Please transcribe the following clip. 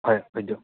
হয় হয় দিয়ক